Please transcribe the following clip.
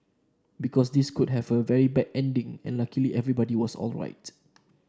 because this could have had a very bad ending and luckily everybody was alright